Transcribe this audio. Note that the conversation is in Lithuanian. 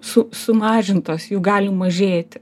su sumažintos jų gali mažėti